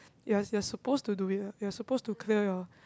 you're you're supposed to do it lah you're supposed to clear your